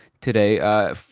today